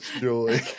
joy